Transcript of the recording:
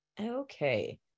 Okay